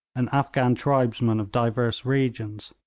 and afghan tribesmen of divers regions.